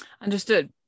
Understood